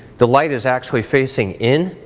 the light is actually facing in,